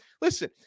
listen